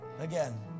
again